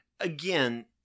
Again